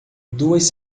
duas